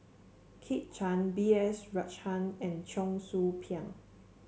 Kit Chan B S Rajhan and Cheong Soo Pieng